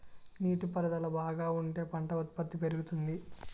నీటి పారుదల బాగా ఉంటే పంట ఉత్పత్తి పెరుగుతుంది